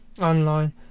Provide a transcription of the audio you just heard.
online